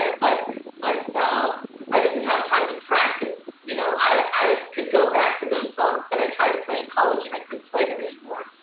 ah but but i didn't have time to practice. you know i could go back to those songs that i tried to play in college and i couldn't play them anymore.